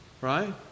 Right